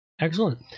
Excellent